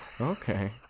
okay